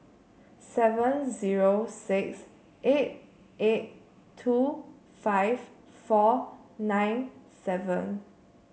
seven zero six eight eight two five four nine seven